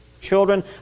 children